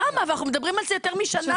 אבל אנחנו מדברים על זה יותר משנה.